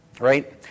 right